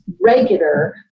regular